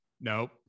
Nope